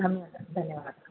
धन्यवादः धन्यवादः